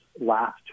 Last